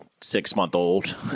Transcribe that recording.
six-month-old